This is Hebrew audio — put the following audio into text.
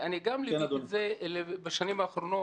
גם אני ליוויתי את זה בשנים האחרונות,